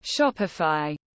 Shopify